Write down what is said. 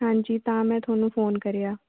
ਹਾਂਜੀ ਤਾਂ ਮੈਂ ਤੁਹਾਨੂੰ ਫ਼ੋਨ ਕਰਿਆ